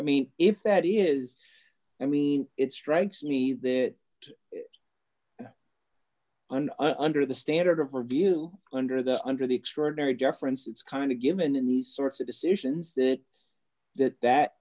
i mean if that is i mean it strikes me that an under the standard of review under the under the extraordinary deference it's kind of given in these sorts of decisions that that that